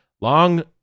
long